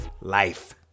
life